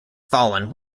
fallen